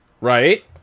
Right